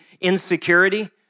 insecurity